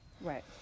Right